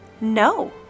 No